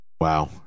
Wow